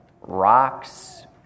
rocks